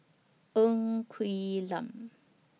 Ng Quee Lam